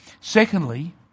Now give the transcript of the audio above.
Secondly